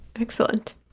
Excellent